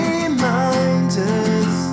Reminders